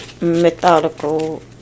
methodical